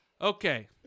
Okay